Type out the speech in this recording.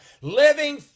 Living